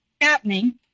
happening